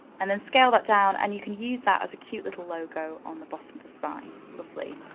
and then scale that down, and you can use that as a cute little logo on the bottom of the spine, lovely.